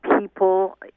people